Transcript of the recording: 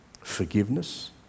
Forgiveness